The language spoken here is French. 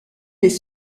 les